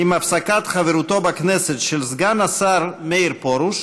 עם הפסקת חברותו בכנסת של סגן השר מאיר פרוש,